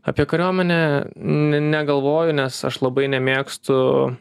apie kariuomenę ne negalvoju nes aš labai nemėgstu